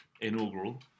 inaugural